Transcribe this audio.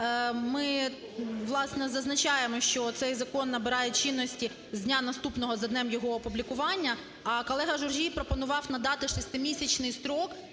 Ми, власне, зазначаємо, що цей закон набирає чинності з дня наступного за днем його опублікування. А колега Журжій пропонував надати 6-місячний строк,